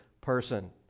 person